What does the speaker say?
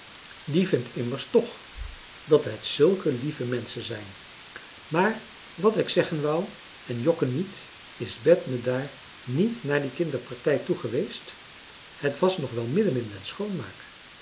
die vindt immers toch dat het zulke lieve menschen zijn maar wat ik zeggen wou en jokken niet is bet me daar niet naar die kinderpartij toe geweest het was nog wel midden in den schoonmaak